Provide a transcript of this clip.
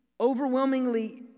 overwhelmingly